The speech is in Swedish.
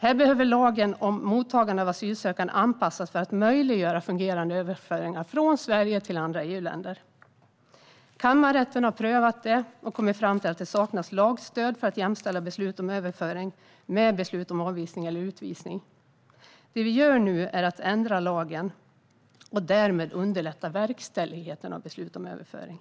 Här behöver lagen om mottagande av asylsökande anpassas för att möjliggöra fungerande överföringar från Sverige till andra EU-länder. Kammarrätten har prövat detta och kommit fram till att det saknas lagstöd för att jämställa beslut om överföring med beslut om avvisning eller utvisning. Det vi nu gör är att ändra lagen och därmed underlätta verkställigheten av beslut om överföring.